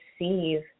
receive